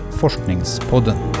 forskningspodden